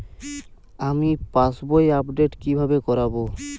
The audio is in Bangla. আমি পাসবই আপডেট কিভাবে করাব?